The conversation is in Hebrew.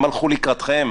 הם הלכו לקראתכם,